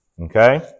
Okay